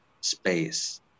space